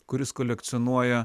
kuris kolekcionuoja